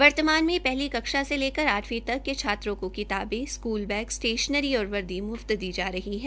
वर्तमान में पहली कक्षा से लेकर आठवीं तक के छात्रों को किताबें स्कूल बैग स्टेशनरी और वर्दी मुफ्त दी जा रही है